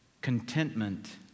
Contentment